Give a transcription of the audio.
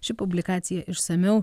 ši publikacija išsamiau